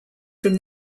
from